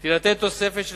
תינתן תוספת של